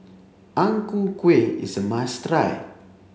Ang Ku Kueh is a must try